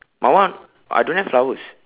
mine one I don't have flowers